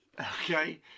Okay